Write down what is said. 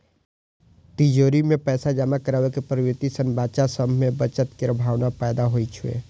तिजौरी मे पैसा जमा करै के प्रवृत्ति सं बच्चा सभ मे बचत केर भावना पैदा होइ छै